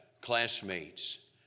classmates